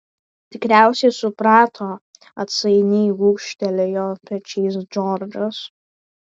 tikriausiai suprato atsainiai gūžtelėjo pečiais džordžas